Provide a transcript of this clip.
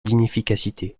d’inefficacité